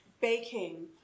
baking